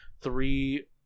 three